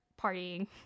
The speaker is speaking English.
partying